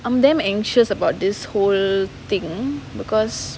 I'm damn anxious about this whole thing because